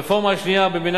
רק לאחר שהרפורמה בממ"י,